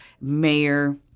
mayor